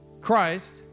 Christ